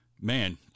man